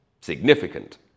significant